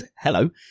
hello